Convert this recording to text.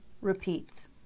repeats